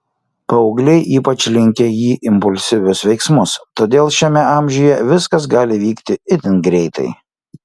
paaugliai ypač linkę į impulsyvius veiksmus todėl šiame amžiuje viskas gali vykti itin greitai